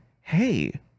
hey